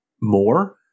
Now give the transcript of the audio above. more